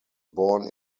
born